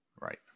Right